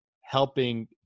helping